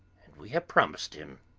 and we have promised him.